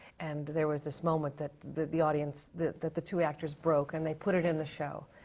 and there was this moment that, that the audience, that, that the two actors broke, and they put it in the show.